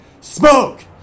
smoke